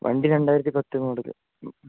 വണ്ടി രണ്ടായിരത്തി പത്ത് മോഡല്